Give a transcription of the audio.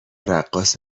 رقاص